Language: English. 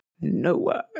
no